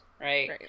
right